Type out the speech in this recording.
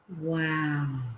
Wow